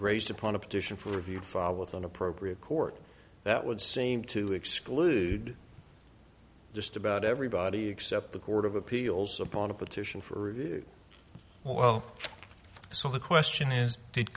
raised upon a petition for reviewed file with an appropriate court that would seem to exclude just about everybody except the court of appeals upon a petition for well so the question is did